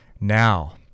Now